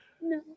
No